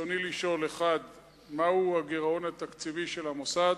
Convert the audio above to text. רצוני לשאול: 1. מה הוא הגירעון התקציבי של המוסד?